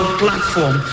platform